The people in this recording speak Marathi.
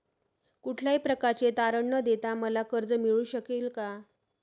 कुठल्याही प्रकारचे तारण न देता मला कर्ज मिळू शकेल काय?